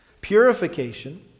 Purification